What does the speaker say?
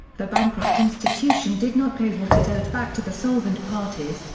the bankrupt institution did not pay what it owed back to the solvent parties,